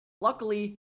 Luckily